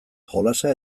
jolasa